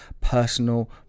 personal